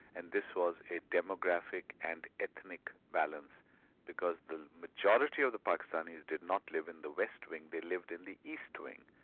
and this was a demographic and ethnic balance because the majority of the pakistanis did not live in the west wing, they lived in the east wing,